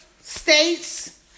states